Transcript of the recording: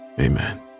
Amen